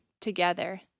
together